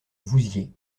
vouziers